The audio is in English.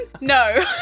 no